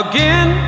Again